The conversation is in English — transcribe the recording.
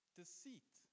deceit